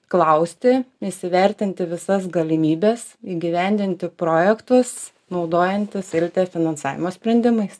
klausti įsivertinti visas galimybes įgyvendinti projektus naudojantis irte finansavimo sprendimais